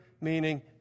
Meaning